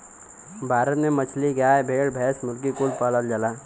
भारत में मछली, गाय, भेड़, भैंस, मुर्गी कुल पालल जाला